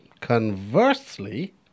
conversely